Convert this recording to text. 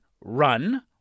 RUN